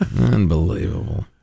Unbelievable